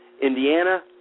Indiana